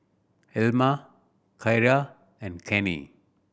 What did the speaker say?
Elma Ciera and Kenney